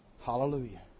Hallelujah